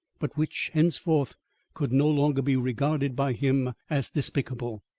but which henceforth could no longer be regarded by him as despicable.